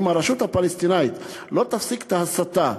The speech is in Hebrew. אם הרשות הפלסטינית לא תפסיק את ההסתה,